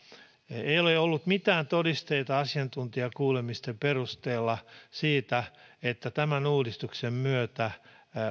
ei ole ollut mitään todisteita asiantuntijakuulemisten perusteella siitä että tämän uudistuksen myötä